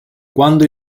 quando